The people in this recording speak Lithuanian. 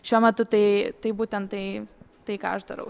šiuo metu tai taip būtent tai tai ką aš darau